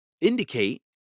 indicate